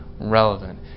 relevant